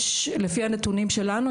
ויש, לפי הנתונים שלנו,